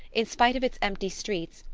in spite of its empty streets,